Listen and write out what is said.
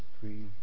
three